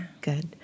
Good